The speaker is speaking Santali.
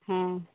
ᱦᱮᱸ